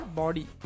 body